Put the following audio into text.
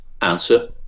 answer